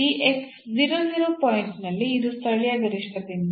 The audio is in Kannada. ಆದ್ದರಿಂದ ನಾವು ಈ ಸಂದರ್ಭದಲ್ಲಿ ಸ್ಥಳೀಯ ಗರಿಷ್ಠವನ್ನು ಹೊಂದಿದ್ದೇವೆ